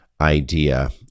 idea